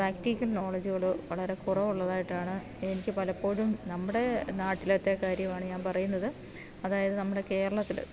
practical നോളേജുകള് വളരെ കുറവുള്ളതായിട്ടാണ് എനിക്ക് പലപ്പോഴും നമ്മുടെ നാട്ടിലത്തെ കാര്യമാണ് ഞാൻ പറയുന്നത് അതായത് നമ്മുടെ കേരളത്തില്